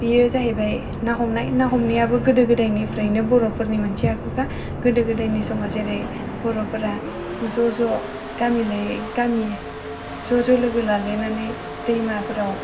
बेयो जाहैबाय ना हमनाय ना हमनायाबो गोदो गोदोयनिफ्रायनो बर'फोरनि मोनसे आखुखा गोदो गोदायनि समा जेरै बर'फोरा ज' ज' गामि लायै गामि ज' ज' लोगो लालायनानै दैमाफोराव